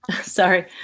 Sorry